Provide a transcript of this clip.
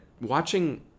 watching